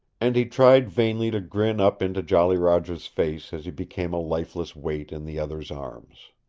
and he tried vainly to grin up into jolly roger's face as he became a lifeless weight in the other's arms.